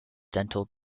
dental